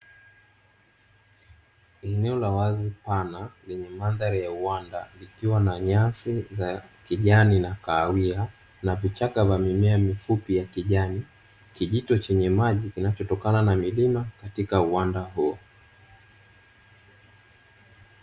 Eneo la wazi pana lenye mandhari ya uwanda ikiwa na nyasi za kijani na kahawia na vichaka vya mimea mifupi ya kijani, kijito chenye maji kinachotokana na milima katika uwanda huo.